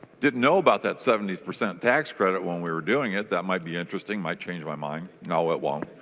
didn't know about that seventy percent tax credit when we were doing it. that might be interesting might change my mind. no it won't.